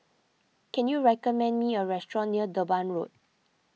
can you recommend me a restaurant near Durban Road